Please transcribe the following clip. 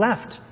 left